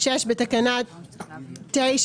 בתקנה 9,